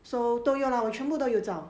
so 都用 lah 我全部都有找